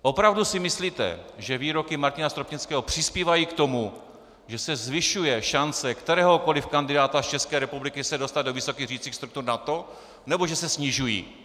Opravdu si myslíte, že výroky Martina Stropnického přispívají k tomu, že se zvyšuje šance kteréhokoli kandidáta z České republiky dostat se do vysokých řídicích struktur NATO, nebo že se snižují?